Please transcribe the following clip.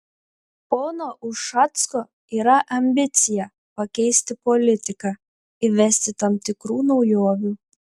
pono ušacko yra ambicija pakeisti politiką įvesti tam tikrų naujovių